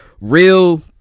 real